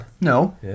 No